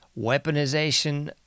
weaponization